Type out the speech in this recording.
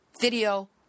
video